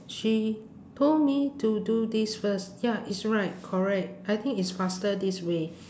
she told me to do this first ya it's right correct I think it's faster this way